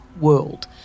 world